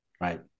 Right